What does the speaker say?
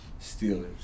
Steelers